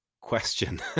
question